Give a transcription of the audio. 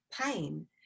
pain